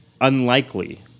unlikely